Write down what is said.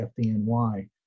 FDNY